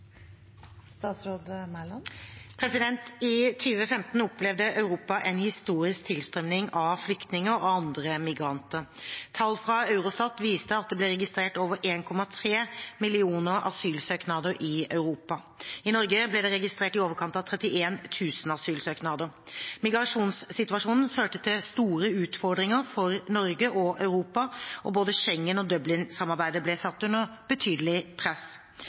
I 2015 opplevde Europa en historisk tilstrømning av flyktninger og andre migranter. Tall fra Eurostat viste at det ble registrert over 1,3 millioner asylsøknader i Europa. I Norge ble det registrert i overkant av 31 000 asylsøknader. Migrasjonssituasjonen førte til store utfordringer for Norge og Europa, og både Schengen- og Dublin-samarbeidet ble satt under betydelig press.